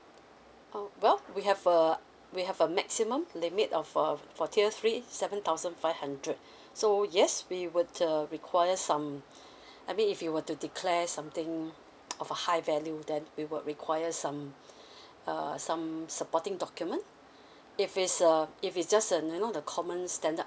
oh well we have uh we have a maximum limit of for for tier three seven thousand five hundred so yes we will uh requires um I mean if you were to declare something of a high value then we will require some uh some um supporting document if it's uh if it's just a you know the common standard